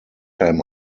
time